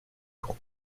pour